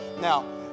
Now